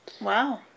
Wow